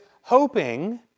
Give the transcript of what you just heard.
hoping